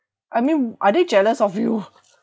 I mean are they jealous of you